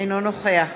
אינו נוכח